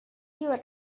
your